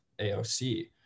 AOC